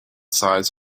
sides